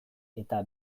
eta